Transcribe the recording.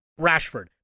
Rashford